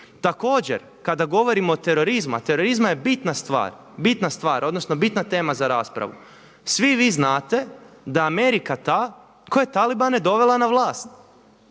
Također kada govorimo o terorizmu, a terorizam je bitna stvar odnosno bitna tema za raspravu, svi vi znate da je Amerika ta koja je Talibane dovela na vlast.